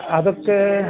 ಅದಕ್ಕೆ